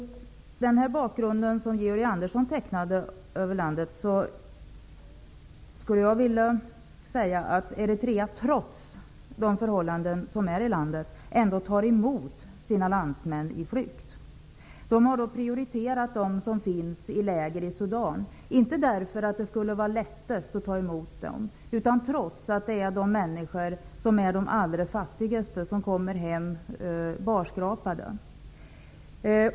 Mot den bakgrund som Georg Andersson tecknade från landet, skulle jag vilja säga att Eritrea trots de förhållanden som råder tar emot landsmän som varit på flykt. Man har prioriterat dem som finns i läger i Sudan, inte därför att det skulle vara lättast att ta emot dem, utan därför att de är de allra fattigaste människorna, som kommer hem barskrapade.